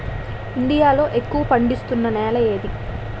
India లో ఎక్కువ పండిస్తున్నా నేల ఏది?